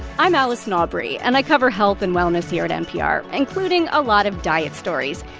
i'm allison aubrey, and i cover health and wellness here at npr, including a lot of diet stories.